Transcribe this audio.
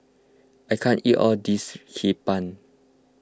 I can't eat all this Hee Pan